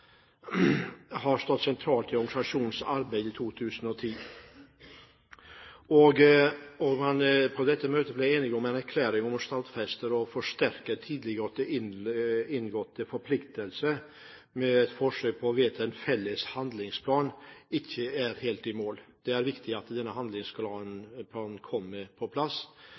har stått sentralt i organisasjonens arbeid i 2010. På dette møtet ble man enige om en erklæring om å stadfeste og forsterke tidligere inngåtte forpliktelser, men et forsøk på å vedta en felles handlingsplan er ikke helt i mål. Det er viktig at denne handlingsplanen kommer på plass.